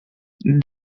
there